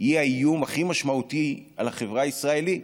היא האיום הכי משמעותי על החברה הישראלית.